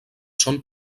són